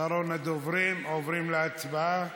אחרון הדוברים, ועוברים להצבעה.